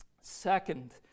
Second